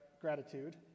gratitude